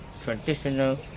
traditional